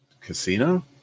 casino